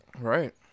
Right